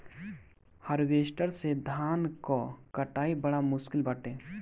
harvester से धान कअ कटाई बड़ा मुश्किल बाटे